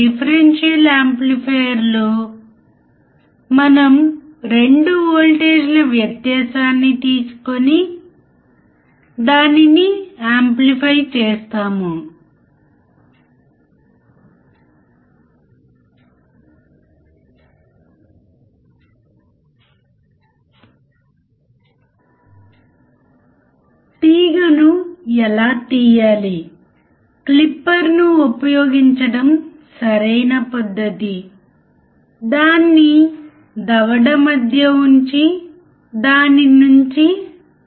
non inverting amplifier యొక్క input వద్ద మనము ఒక సిగ్నల్ను వర్తింపజేస్తాము అనగా నాన్ ఇన్వర్టింగ్ యాంప్లిఫైయర్ యొక్క నాన్ ఇన్వర్టింగ్ టెర్మినల్ మరియు మనము సెట్ చేసిన గెయిన్ కి సంబంధించి సంబంధిత అవుట్పుట్ను చూస్తాము